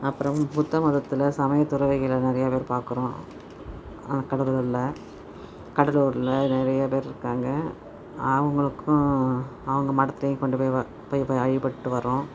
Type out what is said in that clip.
அப்புறம் புத்த மதத்தில் சமயத் துறவிகளை நிறையா பேர் பார்க்குறோம் ஆனால் கடலூரில் கடலூரில் நிறையா பேர் இருக்காங்க அவங்களுக்கும் அவங்க மடத்துலையும் கொண்டு போய் வ போய் வழிபட்டுகிட்டு வரோம்